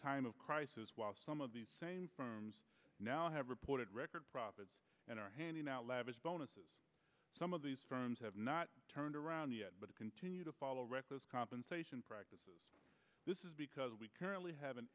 time of crisis while some of these firms now have reported record profits and are handing out lavish bonuses some of these firms have not turned around the but to continue to follow reckless compensation practices this is because we currently have an